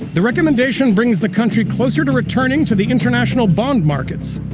the recommendation brings the country closer to returning to the international bond markets,